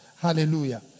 Hallelujah